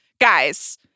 Guys